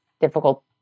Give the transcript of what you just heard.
difficult